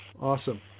Awesome